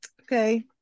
Okay